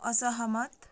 असहमत